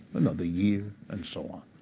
another year, and so on.